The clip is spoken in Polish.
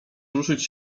ruszyć